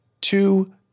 Two